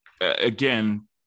again